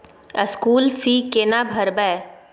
School fee केना भरबै?